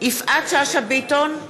יפעת שאשא ביטון,